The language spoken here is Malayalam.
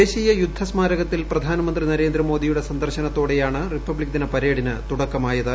ദേശീയ യുദ്ധ സ്മാരകത്തിൽ പ്രധാന്റമുന്ത് നരേന്ദ്ര മോദിയുടെ സന്ദർശനത്തോടെയാണ് റിപ്പബ്ലിക്ടു ദിന പരേഡിന് തുടക്കമായത്